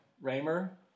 Raymer